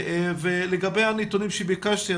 לגבי נתונים שביקשתי,